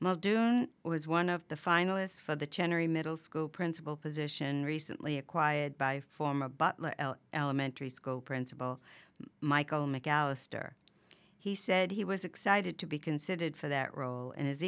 muldoon was one of the finalists for the generally middle school principal position recently acquired by former butler elementary school principal michael mcallister he said he was excited to be considered for that role and